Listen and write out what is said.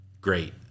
great